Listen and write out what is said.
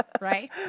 Right